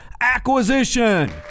acquisition